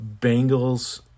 Bengals